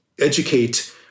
educate